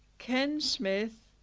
ken smith,